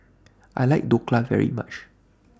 I like Dhokla very much